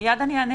מייד אענה